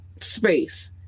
Space